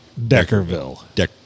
Deckerville